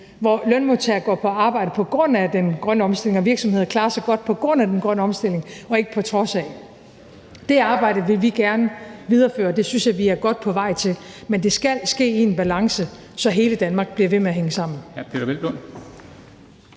hvor lønmodtagere går på arbejde på grund af den grønne omstilling og virksomheder klarer sig godt på grund af den grønne omstilling og ikke på trods af. Det arbejde vil vi gerne videreføre, og det synes jeg vi er godt på vej til, men det skal ske i en balance, så hele Danmark bliver ved med at hænge sammen.